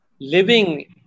living